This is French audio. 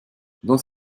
dans